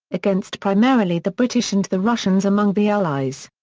against primarily the british and the russians among the allies.